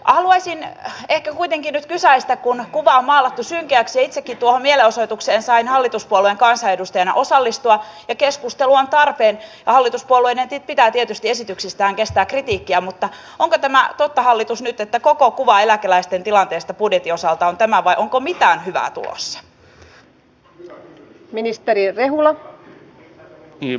haluaisin ehkä kuitenkin nyt kysäistä kun kuvaa on maalattu synkeäksi itsekin tuohon mielenosoitukseen sain hallituspuolueen kansanedustajana osallistua ja keskustelu on tarpeen ja hallituspuolueiden pitää tietysti esityksistään kestää kritiikkiä onko tämä nyt totta hallitus että koko kuva eläkeläisten tilanteesta budjetin osalta on tämä vai onko mitään hyvää tulossa